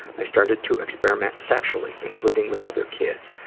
i started to experiment sexually, including with other kids.